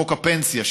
חוק הפנסיה,